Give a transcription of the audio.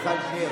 מיכל שיר,